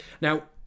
Now